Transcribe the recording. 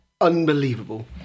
unbelievable